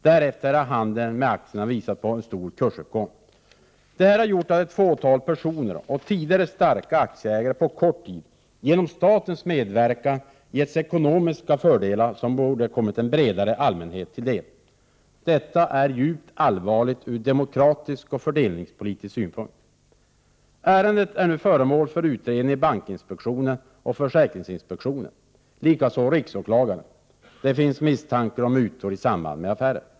Därefter har handeln med aktierna visat på en stor kursuppgång. Därigenom har ett fåtal personer och tidigare starka aktieägare på kort tid, genom statens medverkan, getts ekonomiska fördelar som borde ha kommit en bredare allmänhet till del. Detta är djupt allvarligt ur demokratisk och fördelningspolitisk synpunkt. Ärendet är nu föremål för utredning i bankinspektionen och försäkringsinspektionen och likaså hos riksåklagaren. Det finns misstankar om mutor i samband med affären.